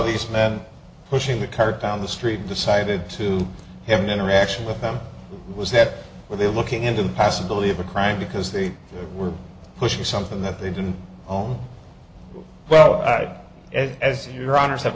these men pushing the cart down the street decided to have an interaction with them was that were they looking into impassibility of a crank because they were pushing something that they didn't own well i as your honour's have